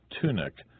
tunic